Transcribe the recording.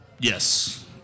Yes